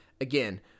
Again